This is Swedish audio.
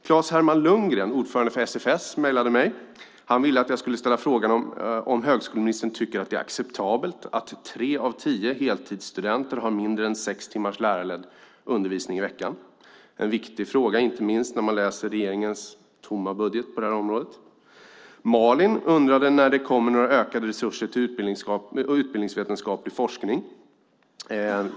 Klas-Herman Lundgren, ordförande för SFS, mejlade mig. Han ville att jag skulle ställa frågan om högskoleministern tycker att det är acceptabelt att tre av tio heltidsstudenter har mindre än sex timmars lärarledd undervisning i veckan. Det är en viktig fråga, inte minst när man läser regeringens tomma budget på det här området. Malin undrade när det kommer några ökade resurser till utbildningsvetenskaplig forskning.